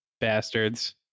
bastards